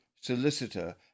solicitor